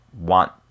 want